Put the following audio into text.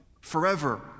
forever